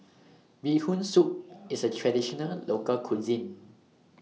Bee Hoon Soup IS A Traditional Local Cuisine